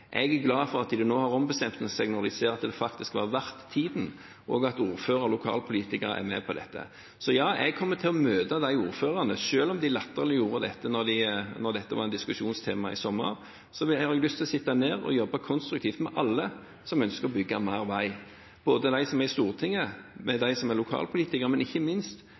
Jeg er glad for at de nå har ombestemt seg, når de ser at det faktisk var verdt tiden, og at ordførere og lokalpolitikere er med på dette. Så ja, jeg kommer til å møte de ordførerne, selv om de latterliggjorde dette da det var et diskusjonstema i sommer. Jeg har lyst å sette meg ned og jobbe konstruktivt med alle som ønsker å bygge mer vei. Med både de som er på Stortinget, de som er lokalpolitikere, og ikke minst